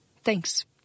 Thanks